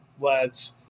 lads